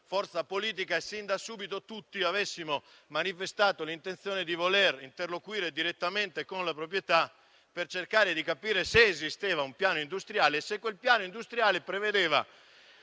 forza politica. Sin da subito tutti abbiamo manifestato l'intenzione di interloquire direttamente con la proprietà, per cercare di capire se esisteva un piano industriale e se quel piano industriale prevedeva